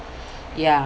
ya